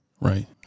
Right